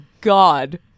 God